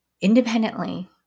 independently